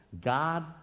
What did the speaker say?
God